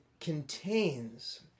contains